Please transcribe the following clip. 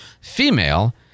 female